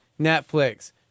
Netflix